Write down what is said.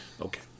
Okay